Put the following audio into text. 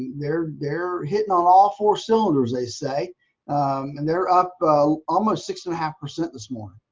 they're they're hitting on all four cylinders they say and they're up almost six and a half percent this morning.